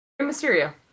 Mysterio